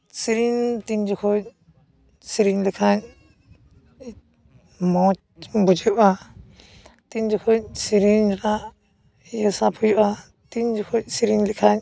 ᱥᱮᱨᱮᱧ ᱛᱤᱱ ᱡᱚᱠᱷᱚᱡ ᱥᱮᱨᱮᱧ ᱞᱮᱠᱷᱟᱡ ᱢᱚᱡᱽ ᱵᱩᱡᱷᱟᱹᱜᱼᱟ ᱛᱤᱱ ᱡᱚᱠᱷᱚᱡ ᱥᱮᱨᱮᱧ ᱨᱮᱱᱟᱜ ᱤᱭᱟᱹ ᱥᱟᱵ ᱦᱩᱭᱩᱜᱼᱟ ᱛᱤᱱ ᱡᱚᱠᱷᱚᱡ ᱥᱮᱨᱮᱧ ᱞᱮᱠᱷᱟᱡ